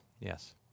Yes